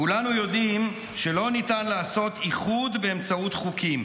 כולנו יודעים שלא ניתן לעשות איחוד באמצעות חוקים.